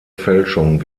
fälschung